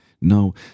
no